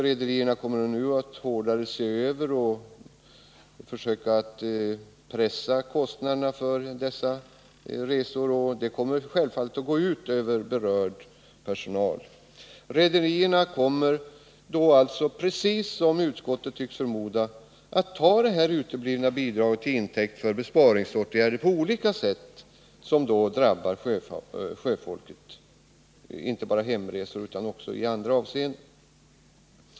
Rederierna kommer givetvis att hårdare se över och försöka pressa kostnaderna för dessa resor, och detta kommer självfallet att gå ut över berörd personal. Rederierna kommer — precis som utskottet tycks förmoda — att ta det uteblivna bidraget till intäkt för besparingsåtgärder också i andra avseenden som på olika sätt drabbar sjöfolket.